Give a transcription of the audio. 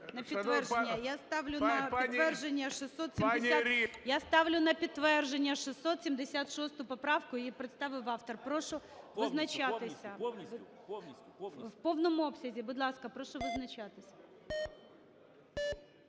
Я ставлю на підтвердження 676 поправку, її представив автор. Прошу визначатися. В повному обсязі. Будь ласка, прошу визначатися.